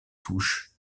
touchent